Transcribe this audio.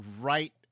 right